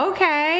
Okay